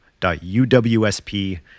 UWSP